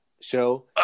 show